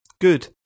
good